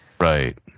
Right